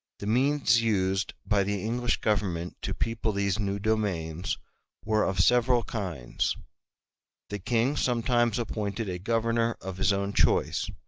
the means used by the english government to people these new domains were of several kinds the king sometimes appointed a governor of his own choice,